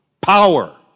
power